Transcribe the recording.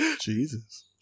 Jesus